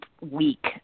week